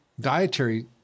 dietary